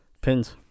Pins